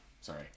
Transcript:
sorry